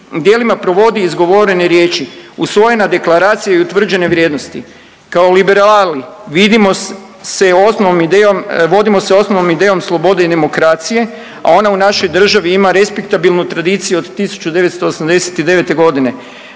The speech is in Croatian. djelima provodi izgovorene riječi, usvojena deklaracija i utvrđene vrijednosti. Kao liberali vodimo se osnovnom idejom slobode i demokracije, a onda u našoj državi ima respektabilnu tradiciju od 1989. g.,